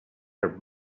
her